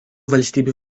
valstybių